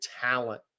talent